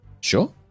Sure